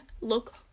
look